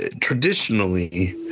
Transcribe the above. traditionally